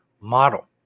model